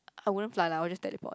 I wouldn't fly lah I would just teleport